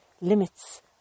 limits